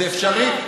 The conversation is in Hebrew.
זה אפשרי,